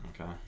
okay